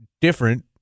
different